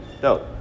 Dope